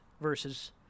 versus